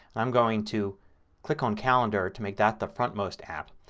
i'm going to click on calendar to make that the front most app.